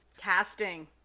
Casting